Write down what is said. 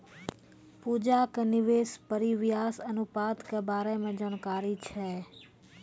पूजा के निवेश परिव्यास अनुपात के बारे मे जानकारी छै